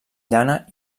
llana